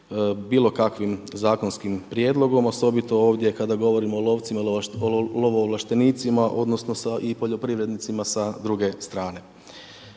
bilo kakvim zakonskim prijedlogom osobito ovdje kada govorimo o lovcima i lovo ovlaštenicima odnosno sa i poljoprivrednicima sa druge strane.